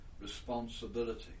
responsibility